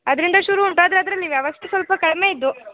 ಅದರಿಂದ ಶುರು ಉಂಟು ಆದರೆ ಅದರಲ್ಲಿ ವ್ಯವಸ್ಥೆ ಸ್ವಲ್ಪ ಕಡಿಮೆ ಇದ್ದೋ